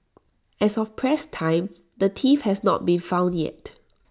as of press time the thief has not been found yet